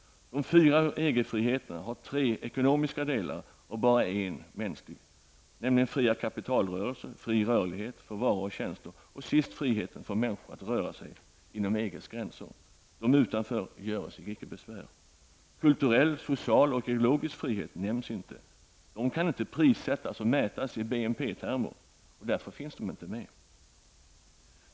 De fyra EG-friheterna har tre ekonomiska delar och bara en mänsklig, nämligen fria kapitalrörelser, fri rörlighet för varor och tjänster och sist frihet för människor att röra sig inom EGs gränser. De utanför göre sig inte besvär. Kulturell, social och ekologisk frihet nämns inte. De kan inte prissättas och mätas i BNP-termer. Därför finns de inte med.